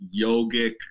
yogic